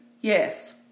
yes